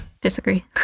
disagree